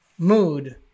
mood